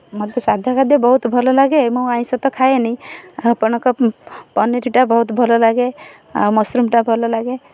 ମୋତେ ସାଧା ଖାଦ୍ୟ ବହୁତ ଭଲ ଲାଗେ ମୁଁ ଆଇଁଷ ତ ଖାଏନି ଆପଣଙ୍କ ପନିର୍ଟା ବହୁତ ଭଲ ଲାଗେ ଆଉ ମସରୁମ୍ଟା ଭଲ ଲାଗେ